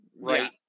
Right